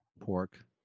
pork